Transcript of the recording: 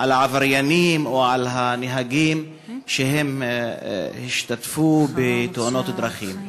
על העבריינים או הנהגים שהשתתפו בתאונות הדרכים.